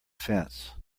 fence